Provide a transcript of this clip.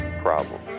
problem